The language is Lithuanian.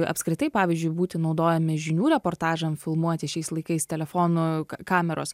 apskritai pavyzdžiui būti naudojami žinių reportažam filmuoti šiais laikais telefonų kameros